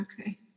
Okay